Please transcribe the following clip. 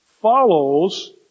follows